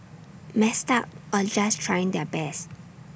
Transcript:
messed up or just trying their best